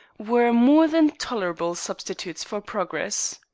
were more than tolerable substitutes for progress.